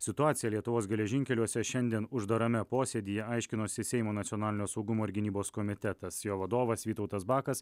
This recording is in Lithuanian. situaciją lietuvos geležinkeliuose šiandien uždarame posėdyje aiškinosi seimo nacionalinio saugumo ir gynybos komitetas jo vadovas vytautas bakas